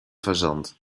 fazant